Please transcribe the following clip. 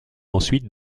ensuite